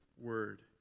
word